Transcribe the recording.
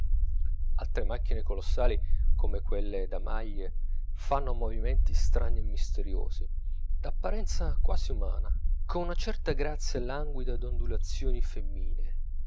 altre macchine colossali come quelle da maglie fanno movimenti strani e misteriosi d'apparenza quasi umana con una certa grazia languida d'ondulazioni femminee